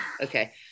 Okay